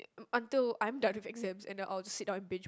until I'm done with exams and then I will just sit down and binge